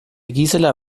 gisela